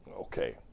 okay